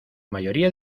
mayoría